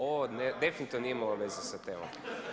Ovo definitivno nije imalo veze sa temom.